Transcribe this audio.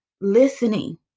listening